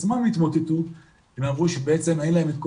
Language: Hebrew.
שבסוף אכן נכנע לפניות הללו וגם הפרלמנט הבריטי שינה את החוק